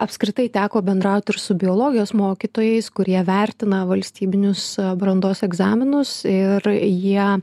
apskritai teko bendraut ir su biologijos mokytojais kurie vertina valstybinius brandos egzaminus ir jie